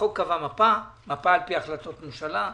החוק קבע מפה על פי החלטות ממשלה.